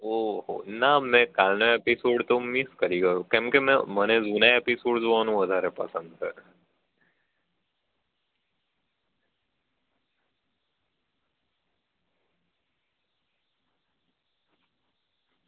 ઓહો ના મેં કાલનો એપિસોડ તો મિસ કરી ગયો કેમકે મેં મને જૂના એપિસોડ જોવાનું વધારે પસંદ છે